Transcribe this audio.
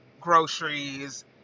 groceries